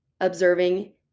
observing